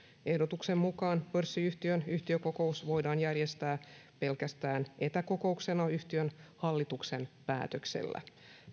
ehdotuksen mukaan pörssiyhtiön yhtiökokous voidaan järjestää pelkästään etäkokouksena yhtiön hallituksen päätöksellä